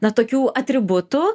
na tokių atributų